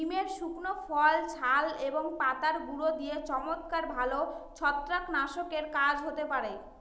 নিমের শুকনো ফল, ছাল এবং পাতার গুঁড়ো দিয়ে চমৎকার ভালো ছত্রাকনাশকের কাজ হতে পারে